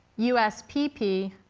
u s p p,